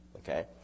okay